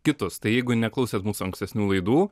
kitus tai jeigu neklausėt mūsų ankstesnių laidų